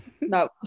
no